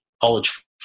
college